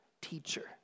teacher